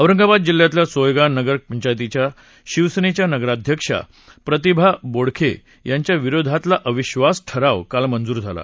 औरंगाबाद जिल्ह्यातल्या सोयगाव नगर पंचायतीच्या शिवसेनेच्या नगराध्यक्षा प्रतिभा बोडखे यांच्या विरोधातला अविद्वास ठराव काल मंजूर झाला